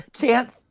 chance